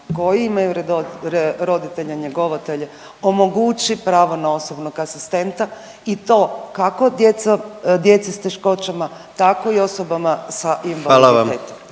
koji imaju roditelje njegovatelje omogući pravo na osobnog asistenta i to kako djeca, djeci s teškoćama tako i osobama sa invaliditetom.